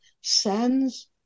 sends